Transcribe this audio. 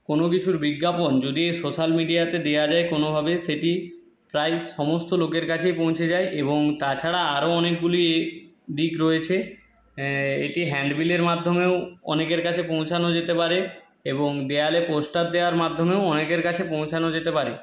কোনো কিছুর বিজ্ঞাপন যদি এই সোশাল মিডিয়াতে দেওয়া যায় কোনোভাবে সেটি প্রায় সমস্ত লোকের কাছেই পৌঁছে যায় এবং তাছাড়া আরো অনেকগুলি দিক রয়েছে এটি হ্যান্ডবিলের মাধ্যমেও অনেকের কাছে পৌঁছানো যেতে পারে এবং দেয়ালে পোস্টার দেওয়ার মাধ্যমেও অনেকের কাছে পৌঁছানো যেতে পারে